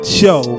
show